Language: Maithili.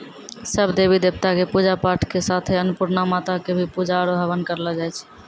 सब देवी देवता कॅ पुजा पाठ के साथे अन्नपुर्णा माता कॅ भी पुजा आरो हवन करलो जाय छै